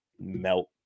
melt